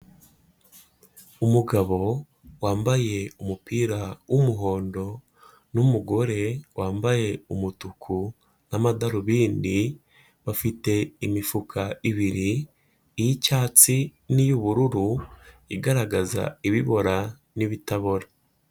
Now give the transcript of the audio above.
Umugabo wambaye umupira w'umuhondo n'umugore wambaye umutuku n'amadarubindi bafite imifuka ibiri y'icyatsi n'iy'ubururu igaragaza ibibora n'ibitabora.